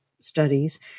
studies